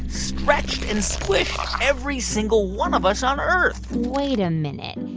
stretched and squished every single one of us on earth wait a minute.